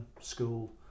School